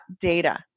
data